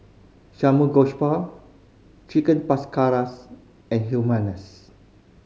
Chicken and Hummus